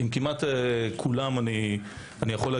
כמעט עם כולם אני מסכים.